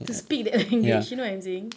to speak that language you know what I'm saying